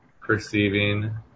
perceiving